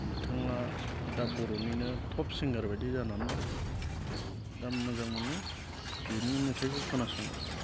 बिथाङा दा बर'निनो टप सिंगार बायदि जानानै दं दा मोजां मोनो बिनि मेथाइखौ खोनासंनो